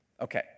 Okay